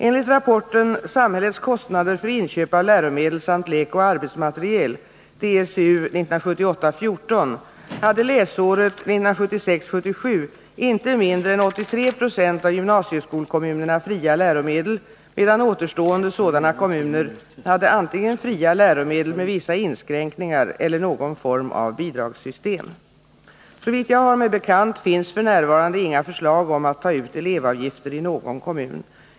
Enligt rapporten Samhällets kostnader för inköp av läromedel samt lekoch arbetsmateriel hade läsåret 1976/77 inte mindre än 83 2 av gymnasieskolkommunerna fria läromedel, medan återstående sådana kommuner hade antingen fria läromedel med vissa inskränkningar eller någon form av bidragssystem. Såvitt jag har mig bekant finns f. n. inga förslag om att ta ut elevavgifter i någon kommun.